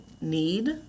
need